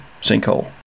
sinkhole